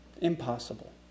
Impossible